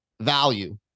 value